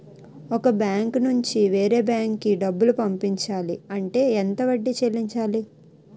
ఒక బ్యాంక్ నుంచి వేరే బ్యాంక్ కి డబ్బులు పంపించాలి అంటే ఎంత వడ్డీ చెల్లించాలి?